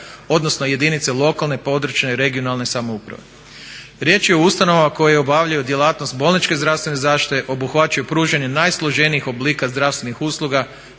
odnosno jedinice lokalne, područne i regionalne samouprave. Riječ je o ustanovama koje obavljaju djelatnost bolničke zdravstvene zaštite, obuhvaćaju pružanje najsloženijih oblika zdravstvenih usluga,